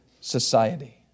society